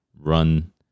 run